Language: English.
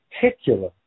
particular